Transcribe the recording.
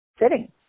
sitting